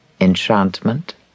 enchantment